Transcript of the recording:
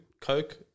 Coke